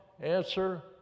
answer